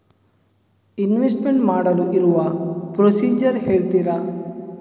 Investment ಮಾಡಲು ಇರುವ procedure ಹೇಳ್ತೀರಾ?